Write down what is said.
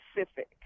specific